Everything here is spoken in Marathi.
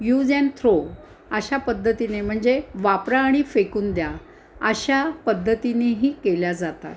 यूज अँड थ्रो अशा पद्धतीने म्हणजे वापरा आणि फेकून द्या अशा पद्धतीनेही केल्या जातात